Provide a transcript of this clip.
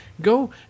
Go